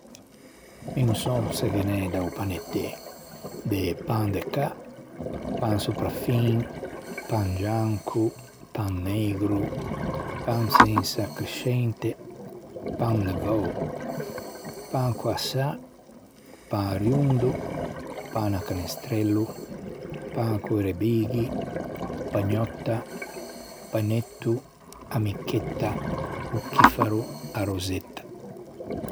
Mi no sò se ghe n'é da-o panettê pan de cà, pan sopraffin, pan gianco, pan neigro, pan sensa crescente, pan levou, pan co-a sâ, pan riondo, pan à canestrello, pan co-i rebighi, pagnòtta, panetto, a micchetta, o chifaro, a rosetta.